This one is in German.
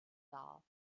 dar